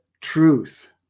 truth